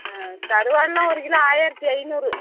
ஆ கருவாடுலாம் ஒரு கிலோ ஆயிரத்தி ஐந்நூறு